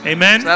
Amen